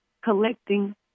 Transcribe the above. collecting